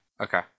Okay